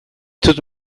dut